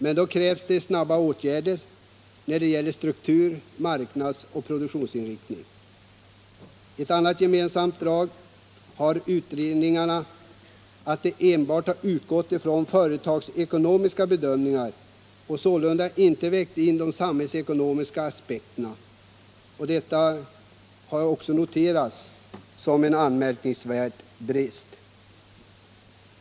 Men då krävs det snabba åtgärder i vad gäller struktur samt marknadsoch produktionsinriktning. Ett annat gemensamt drag hos utredningarna är att man enbart har utgått från företagsekonomiska bedömningar och sålunda inte vägt in de samhällsekonomiska aspekterna. Detta har också noterats som en anmärkningsvärd brist.